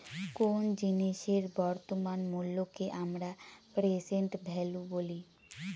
কোন জিনিসের বর্তমান মুল্যকে আমরা প্রেসেন্ট ভ্যালু বলি